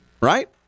Right